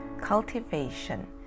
cultivation